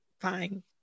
Fine